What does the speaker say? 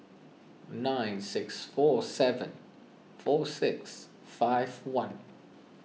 nine six four seven four six five one